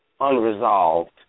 unresolved